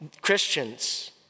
Christians